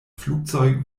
flugzeug